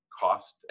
cost